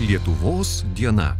lietuvos diena